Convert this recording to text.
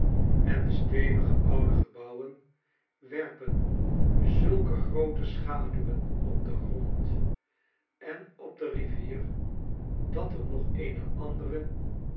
en de stevige oude gebouwen werpen zulke groote schaduwen op den grond en op de rivier dat er nog eene andere